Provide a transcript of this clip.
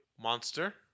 Monster